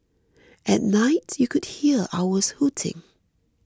at night you could hear owls hooting